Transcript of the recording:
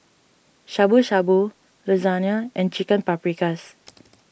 Shabu Shabu Lasagne and Chicken Paprikas